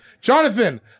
Jonathan